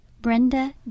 Brenda